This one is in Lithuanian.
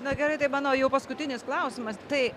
na gerai tai mano jau paskutinis klausimas tai